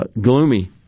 gloomy